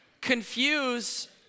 confuse